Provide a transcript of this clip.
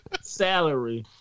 salary